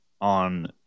on